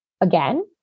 again